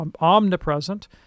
omnipresent